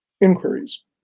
inquiries